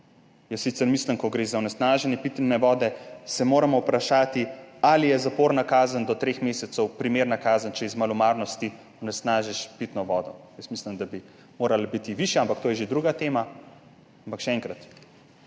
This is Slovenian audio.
Sicer mislim, ko gre za onesnaženje pitne vode, da se moramo vprašati, ali je zaporna kazen do treh mesecev primerna kazen, če iz malomarnosti onesnažiš pitno vodo. Jaz mislim, da bi morala biti višja, ampak to je že druga tema. Ampak še enkrat,